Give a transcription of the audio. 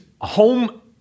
home